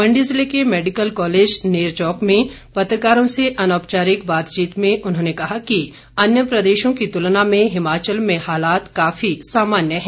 मण्डी ज़िले के medical college Nerchowk में पत्रकारों से अनौपचारिक बातचीत में उन्होंने कहा कि अन्य प्रदेशों की तुलना में हिमाचल में हालात काफी सामान्य हैं